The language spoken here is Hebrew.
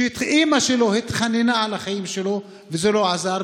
שאימא שלו התחננה על החיים שלו וזה לא עזר.